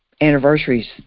anniversaries